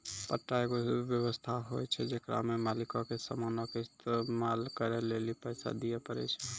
पट्टा एगो व्य्वस्था होय छै जेकरा मे मालिको के समानो के इस्तेमाल करै लेली पैसा दिये पड़ै छै